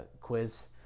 quiz